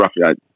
roughly